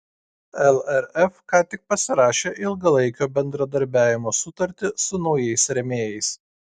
lrf ką tik pasirašė ilgalaikio bendradarbiavimo sutartį su naujais rėmėjais